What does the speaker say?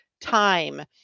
time